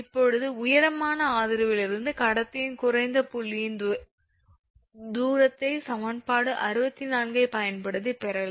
இப்போது உயரமான ஆதரவிலிருந்து கடத்தியின் குறைந்த புள்ளியின் தூரத்தை சமன்பாடு 66 ஐப் பயன்படுத்தி பெறலாம்